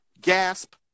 gasp